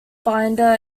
binder